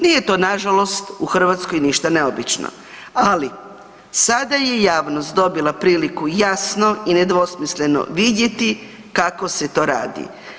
Nije to nažalost u Hrvatskoj ništa neobično, ali sada je javnost dobila priliku jasno i nedvosmisleno vidjeti kako se to radi.